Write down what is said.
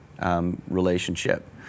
Relationship